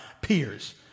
peers